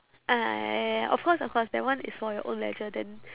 ah ya ya ya of course of course that one is for your own leisure then